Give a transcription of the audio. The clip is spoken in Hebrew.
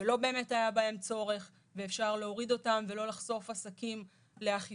שלא באמת היה בהן צורך ואפשר להוריד אותן ולא לחשוף עסקים לאכיפה.